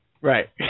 Right